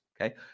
okay